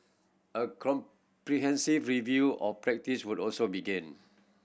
a comprehensive review of practice would also begin